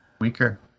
weaker